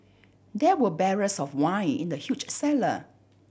there were barrels of wine in the huge cellar